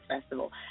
Festival